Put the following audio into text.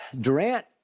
Durant